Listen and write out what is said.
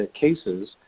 cases